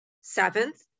Seventh